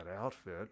outfit